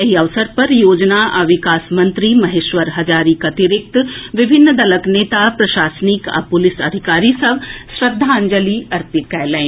एहि अवसर पर योजना आ विकास मंत्री महेश्वर हजारीक अतिरिक्त विभिन्न दलक नेता प्रशासनिक आ पुलिस अधिकारी सभ श्रद्वांजलि अर्पित कएलनि